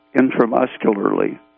intramuscularly